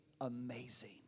amazing